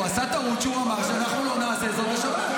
הוא עשה טעות כשהוא אמר שאנחנו לא נעשה את זה בשבת.